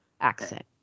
accent